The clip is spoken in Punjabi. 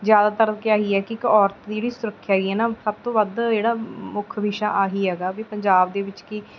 ਜ਼ਿਆਦਾਤਰ ਕਿ ਇਹੀ ਹੈ ਕਿ ਇੱਕ ਔਰਤ ਦੀ ਜਿਹੜੀ ਸੁਰੱਖਿਆ ਹੈਗੀ ਹੈ ਨਾ ਸਭ ਤੋਂ ਵੱਧ ਜਿਹੜਾ ਮੁੱਖ ਵਿਸ਼ਾ ਇਹੀ ਹੈਗਾ ਵੀ ਪੰਜਾਬ ਦੇ ਵਿੱਚ ਕਿ